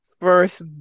first